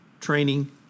training